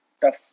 tough